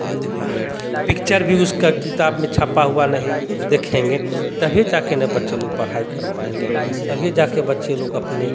picture भी उसका किताब में छापा नहीं देखेंगे तभी जा के न बच्चे लोग पढ़ाई कर पाएँगे तभी यह जा कर बच्चे लोग अपने